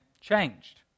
changed